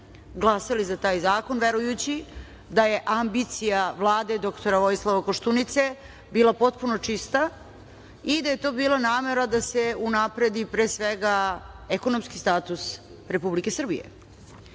glasali za taj zakon, verujući da je ambicija Vlade dr Vojislava Koštunice bila potpuno čista i da je to bilo namera da se unapredi, pre svega, ekonomski status Republike Srbije. Tačno